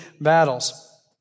battles